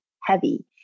heavy